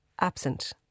absent